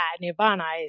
nirvana